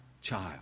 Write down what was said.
child